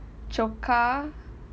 choka